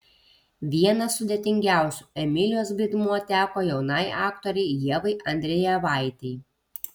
vienas sudėtingiausių emilijos vaidmuo teko jaunai aktorei ievai andrejevaitei